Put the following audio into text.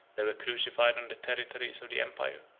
they were crucified on the territories of the empire,